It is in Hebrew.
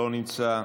לא נמצא,